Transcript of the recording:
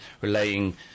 relaying